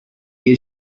his